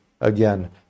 again